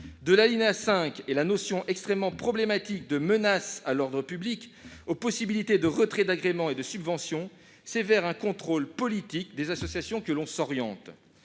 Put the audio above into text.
de l'alinéa 5 et la notion extrêmement problématique de menace à l'ordre public à la possibilité de retrait des agréments et des subventions, c'est vers un contrôle politique des associations que l'on s'oriente.